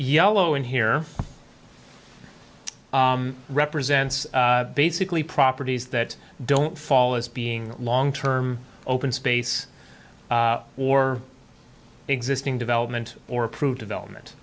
yellow in here represents basically properties that don't fall as being long term open space or existing development or approved development